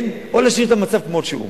או להשאיר את המצב כמו שהוא.